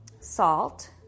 salt